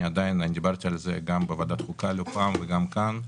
אני דיברתי על זה לא פעם בוועדת חוקה וגם כאן.